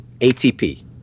ATP